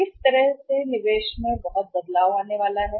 किस तरह निवेश में बहुत बदलाव आने वाला है